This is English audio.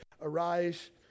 arise